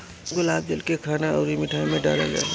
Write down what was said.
गुलाब जल के खाना अउरी मिठाई में डालल जाला